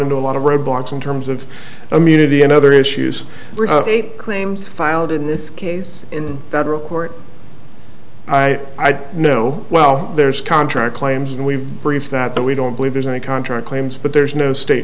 into a lot of roadblocks in terms of immunity and other issues claims filed in this case in federal court i know well there's contract claims and we brief that that we don't believe there's any contract claims but there's no state